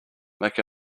make